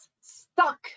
stuck